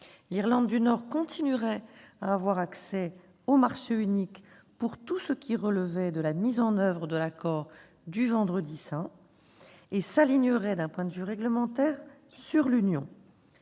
l'Irlande du Nord continuerait à avoir accès au marché unique pour tout ce qui relevait de la mise en oeuvre de l'accord du Vendredi saint et s'alignerait d'un point de vue réglementaire sur l'Union